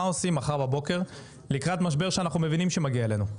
מה עושים מחר בבוקר לקראת משבר שאנחנו מבינים שמגיע אלינו?